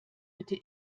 bitte